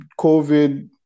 COVID